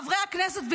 חברי הכנסת,